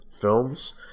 films